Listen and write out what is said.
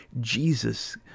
Jesus